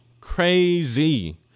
crazy